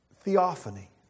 theophany